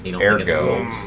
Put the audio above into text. ergo